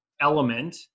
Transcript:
element